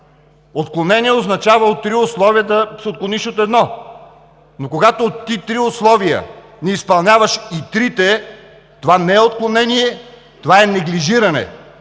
отклонение означава от три условия да се отклониш от едно. Но, когато ти от три условия не изпълняваш и трите, това не е отклонение, това неглижиране,